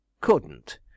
Couldn't